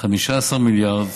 15 מיליארד